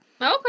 Okay